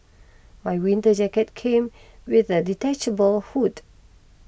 my winter jacket came with a detachable hood